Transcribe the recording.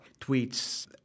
tweets